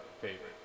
favorite